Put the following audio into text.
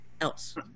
else